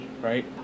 right